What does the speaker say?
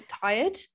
tired